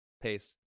pace